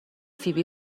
فیبی